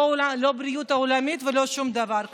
לא ארגון הבריאות העולמי ולא שום דבר,